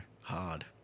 hard